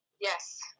Yes